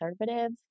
conservative